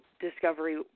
discovery